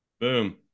Boom